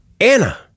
Anna